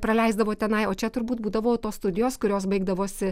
praleisdavo tenai o čia turbūt būdavo tos studijos kurios baigdavosi